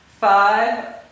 Five